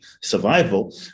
survival